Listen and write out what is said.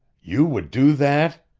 you would do that!